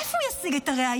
מאיפה הוא ישיג את הראיות?